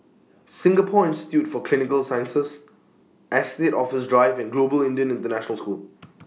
Singapore Institute For Clinical Sciences Estate Office Drive and Global Indian International School